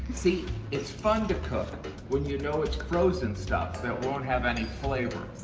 see it's fun to cook when you know it's frozen stuff that won't have any flavor.